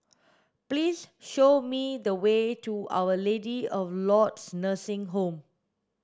please show me the way to Our Lady of Lourdes Nursing Home